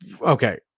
Okay